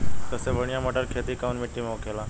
सबसे बढ़ियां मटर की खेती कवन मिट्टी में होखेला?